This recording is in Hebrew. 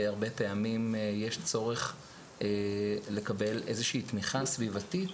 הרבה פעמים יש צורך לקבל איזושהי תמיכה סביבתית,